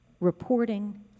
reporting